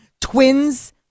Twins